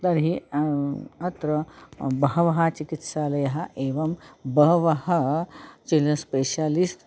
तर्हि अत्र बहवः चिकित्सालयाः एवं बहवः चिल्ड्रन् स्पेशलिस्ट्